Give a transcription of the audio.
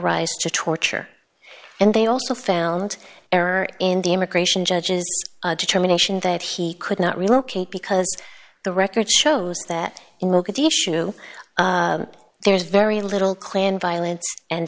rise to torture and they also found errors in the immigration judges determination that he could not relocate because the record shows that in mogadishu there is very little clan violence and